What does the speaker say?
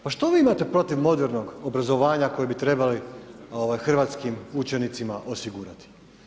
Pa što vi imate protiv modernog obrazovanja koje bi trebali hrvatskim učenicima osigurati?